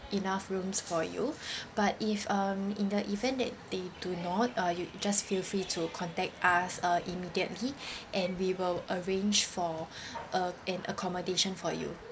enough rooms for you but if um in the event that they do not uh you just feel free to contact us uh immediately and we will arrange for uh an accommodation for you